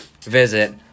Visit